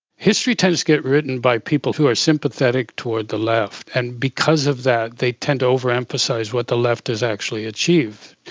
history tends to get written by people who are sympathetic toward the left, and because of that they tend to overemphasise what the left has actually achieved.